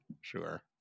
sure